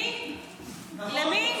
למי?